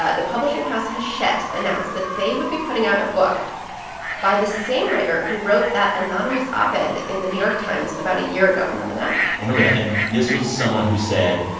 ah the publishing house hachette announced that they would be putting out a book by the same writer who wrote that anonymous op-ed in the new york times about a year ago. remember that? i remember that. and this was someone who said,